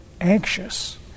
anxious